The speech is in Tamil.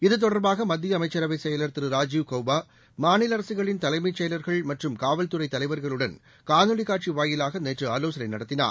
இது தொடர்பாக மத்திய அமைச்சரவை செயலர் திரு ராஜீவ் கௌபா மாநில அரசுகளின் தலைமைச் செயலா்கள் மற்றும் காவல்துறை தலைவாக்ளுடன் காணொலி காட்சி வாயிலாக நேற்று ஆலோசனை நடத்தினார்